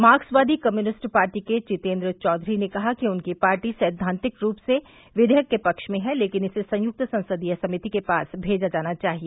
मार्कसवादी communist party के जितेन्द्र चौधरी ने कहा कि उनकी पार्टी सैद्वांतिक रूप से विधेयक के पक्ष में है लेकिन इसे संयुक्त संसदीय समिति को भेजा जाना चाहिए